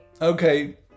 Okay